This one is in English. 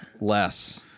Less